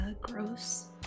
gross